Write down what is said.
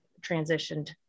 transitioned